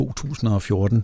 2014